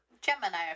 Gemini